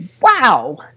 wow